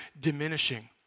diminishing